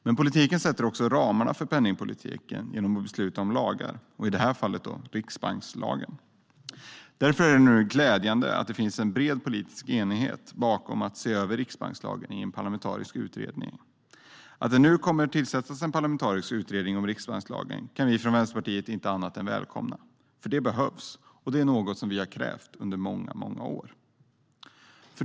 Men politiken sätter också ramarna för penningpolitiken genom att besluta om lagar, i detta fall riksbankslagen. Därför är det nu glädjande att det finns en bred politisk enighet bakom förslaget att se över riksbankslagen i en parlamentarisk utredning. Att det nu kommer att tillsättas en parlamentarisk utredning om riksbankslagen kan vi från Vänsterpartiet inte annat än välkomna. Det behövs, och det är något som vi har krävt under många år.